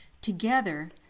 together